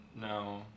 No